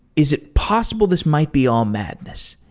is it possible this might be all madness?